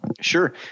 Sure